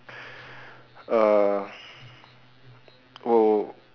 uh oh